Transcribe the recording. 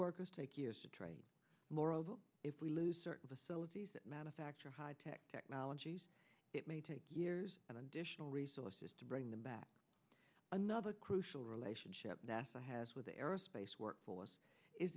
workers take years to train moreover if we lose certain facilities that manufacture high tech technologies it may take years and additional resources to bring them back another crucial relationship nasa has with the aerospace workforce is